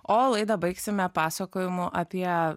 o laidą baigsime pasakojimu apie